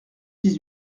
dix